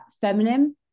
feminine